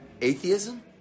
Atheism